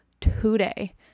today